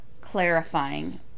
clarifying